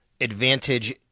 advantage